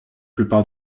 plupart